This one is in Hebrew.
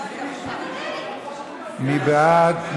מי בעד?